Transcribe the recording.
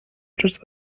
just